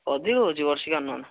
ଅଧିକ ହେଉଛି ବର୍ଷିକା ଆମାଉଣ୍ଟ୍